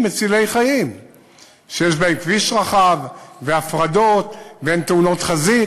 מצילי חיים שהם כביש רחבים שיש בהם הפרדות ואין תאונות חזית.